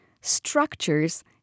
structures